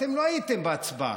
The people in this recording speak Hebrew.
אתם לא הייתם בהצבעה.